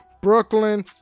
brooklyn